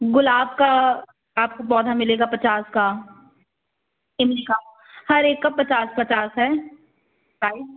गुलाब का आपको पौधा मिलेगा पचास का इमली का हर एक का पाचस पचास है प्राइस